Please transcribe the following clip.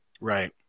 Right